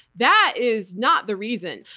that is not the reason.